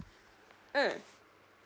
mm